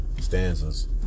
Stanzas